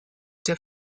der